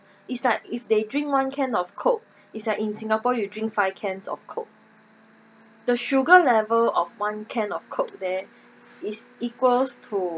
is like if they drink one can of coke is like in singapore you drink five cans of coke the sugar level of one can of coke there is equals to